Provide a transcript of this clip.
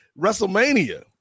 WrestleMania